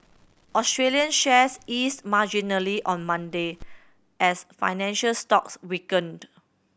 Australian shares eased marginally on Monday as financial stocks weakened